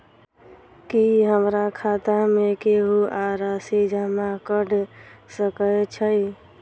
की हमरा खाता मे केहू आ राशि जमा कऽ सकय छई?